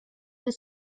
but